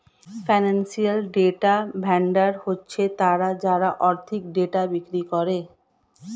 financial data vendor হচ্ছে তারা যারা আর্থিক ডেটা বিক্রি করে